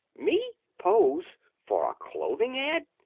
me! pose! for a clothing ad!